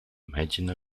imagine